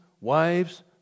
wives